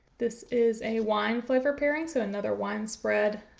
this is a wine flavor pairing so another wine spread.